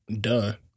done